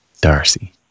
Darcy